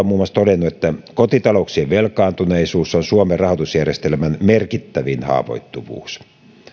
muun muassa että kotitalouksien velkaantuneisuus on suomen rahoitusjärjestelmän merkittävin haavoittuvuus